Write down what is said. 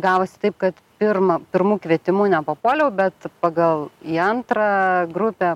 gavosi taip kad pirma pirmu kvietimu nepapuoliau bet pagal į antrą grupę